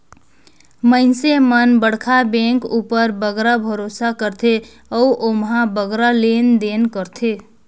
मइनसे मन बड़खा बेंक उपर बगरा भरोसा करथे अउ ओम्हां बगरा लेन देन करथें